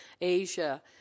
Asia